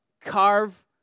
carve